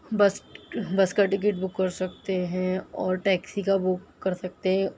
بس بس کا ticket book کر سکتے ہیں اور ٹیکسی کا بک کر سکتے ہیں